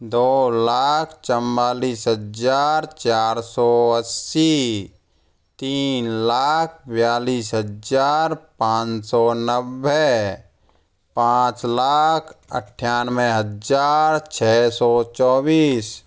दो लाख चौवालीस हजार चार सौ अस्सी तीन लाख बयालीस हजार पाँच सौ नब्बे पाँच लाख अट्ठानवे हजार छः सौ चौबीस